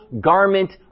garment